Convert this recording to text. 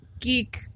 geek